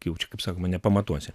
jau čia kaip sakoma nepamatuosi